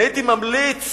הייתי ממליץ